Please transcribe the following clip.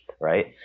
right